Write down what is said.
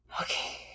okay